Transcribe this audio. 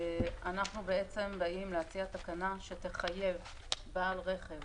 אנחנו באים להציע תקנה שתחייב בעל רכב